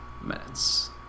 minutes